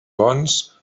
bons